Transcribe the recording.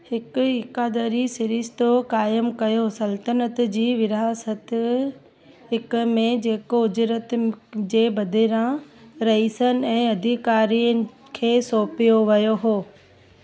हिकु हिकादरी सिरिश्तो क़ाइमु कयो सल्तनत जी विरहासति हिक में जेको उजरत जे बदिरां रईसनि ऐं अधिकारियुनि खे सौंपियो वियो हुओ